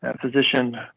physician